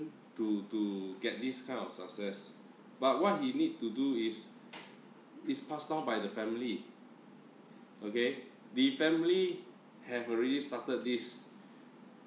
to to get this kind of success but what he need to do is is pass down by the family okay the family have already started this